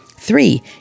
Three